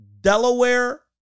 Delaware